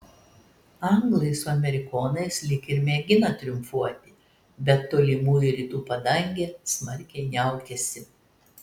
anglai su amerikonais lyg ir mėgina triumfuoti bet tolimųjų rytų padangė smarkiai niaukiasi